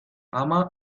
ama